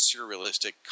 surrealistic